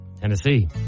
Tennessee